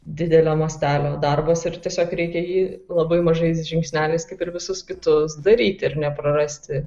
didelio mastelio darbas ir tiesiog reikia jį labai mažais žingsneliais kaip ir visus kitus daryti ir neprarasti